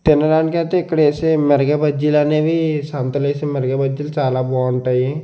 తినడానికైతే ఇక్కడ ఏసే మిరపకాయ్ బజ్జీలనేవి సంతలేసే మిరపకాయ్ బజ్జీలు చాలా బాగుంటాయి